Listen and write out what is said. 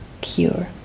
cure